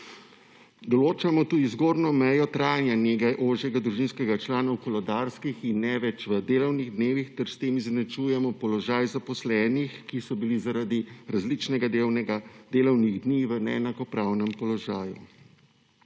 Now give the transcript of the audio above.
Določamo tudi zgornjo mejo trajanja nege ožjega družinskega člana v koledarskih in ne več v delovnih dnevih ter s tem izenačujemo položaj zaposlenih, ki so bili zaradi različnih delovnih dni v neenakopravnem položaju.